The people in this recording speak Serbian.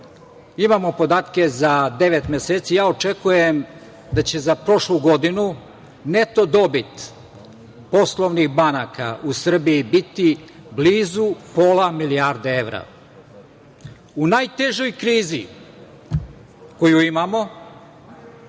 imamo podatke za devet meseci. Ja očekujem da će za prošlu godinu neto dobit poslovnih banaka u Srbiji biti blizu pola milijarde evra. U najtežoj krizi koju imamo,